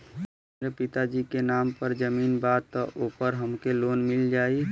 हमरे पिता जी के नाम पर जमीन बा त ओपर हमके लोन मिल जाई?